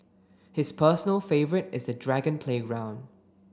his personal favourite is the dragon playground